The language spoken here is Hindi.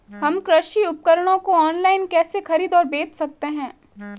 हम कृषि उपकरणों को ऑनलाइन कैसे खरीद और बेच सकते हैं?